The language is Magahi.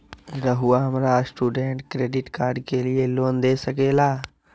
रहुआ हमरा स्टूडेंट क्रेडिट कार्ड के लिए लोन दे सके ला?